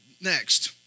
Next